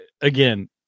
Again